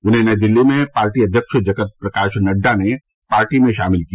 उन्हें नई दिल्ली में पार्टी अध्यक्ष जगत प्रकाश नड्डा ने पार्टी में शामिल किया